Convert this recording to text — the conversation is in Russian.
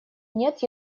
нет